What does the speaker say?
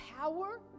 power